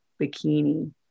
bikini